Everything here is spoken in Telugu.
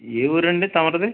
ఏ ఊరండి తమరిది